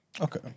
Okay